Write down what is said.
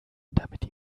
damit